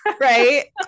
Right